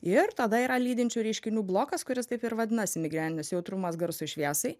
ir tada yra lydinčių reiškinių blokas kuris taip ir vadinasi migreninis jautrumas garsui šviesai